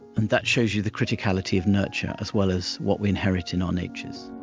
and that shows you the criticality of nurture as well as what we inherit in our natures.